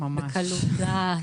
בקלות דעת,